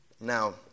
Now